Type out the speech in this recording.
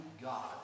God